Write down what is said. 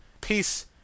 peace